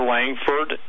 Langford